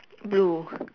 blue